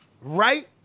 right